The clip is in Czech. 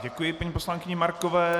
Děkuji paní poslankyni Markové.